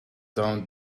down